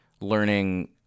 learning